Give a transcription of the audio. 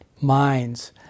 minds